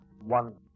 one